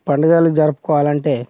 పండుగలు జరుపుకోవాలంటే